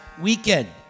weekend